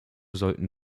sollten